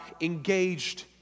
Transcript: engaged